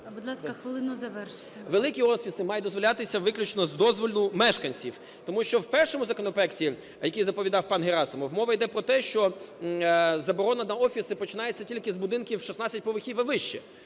Великі офіси мають дозволятися виключно з дозволу мешканців. Тому що в першому законопроекті, який доповідав пан Герасимов, мова йде про те, що заборона на офіси починається тільки з будинків 16 поверхів і вище.